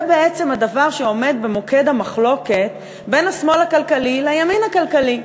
זה בעצם הדבר שעומד במוקד המחלוקת בין השמאל הכלכלי לימין הכלכלי.